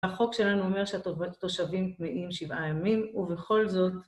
החוק שלנו אומר שהתושבים טמאים שבעה ימים, ובכל זאת...